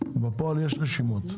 בפועל יש רשימות.